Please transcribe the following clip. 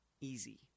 easy